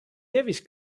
devis